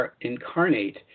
incarnate